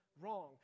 wrong